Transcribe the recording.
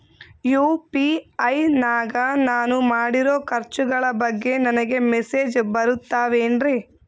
UPI ನಾಗ ನಾನು ಮಾಡಿರೋ ಖರ್ಚುಗಳ ಬಗ್ಗೆ ನನಗೆ ಮೆಸೇಜ್ ಬರುತ್ತಾವೇನ್ರಿ?